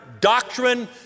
doctrine